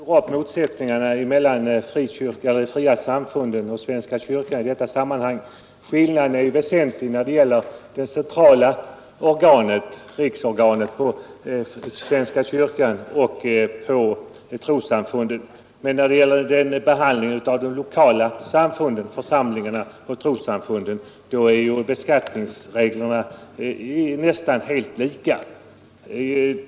Fru talman! Jag anser inte att man skall förstora upp motsättningarna mellan de fria samfunden och svenska kyrkan i detta sammanhang. Skillnaden är ju väsentlig när det gäller de centrala riksorganen i svenska kyrkan och trossamfunden, men när det gäller behandlingen av de lokala församlingarna, så är beskattningsreglerna nästan helt lika.